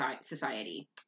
society